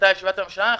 ישיבת הממשלה נדחתה.